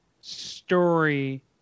story